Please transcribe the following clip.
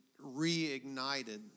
reignited